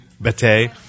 Betty